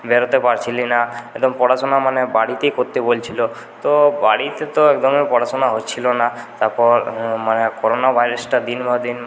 বেড়াতে পারছিলাম না একদম পড়াশোনা মানে বাড়িতে করতে বলছিলো তো বাড়িতে তো একদমই পড়াশোনা হচ্ছিলো না তারপর মানে করোনা ভাইরাসটা দিন ভার দিন